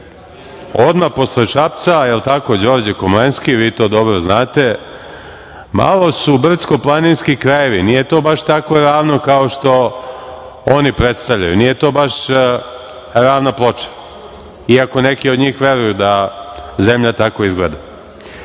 Odmah posle Šapca, jel tako, Đorđe Komlenski, vi to dobro znate, malo su brdsko-planinski krajevi, nije to baš tako ravno kao što oni predstavljaju, nije to baš ravna ploča, iako neki od njih veruju da zemlja tako izgleda. Hteo